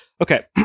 Okay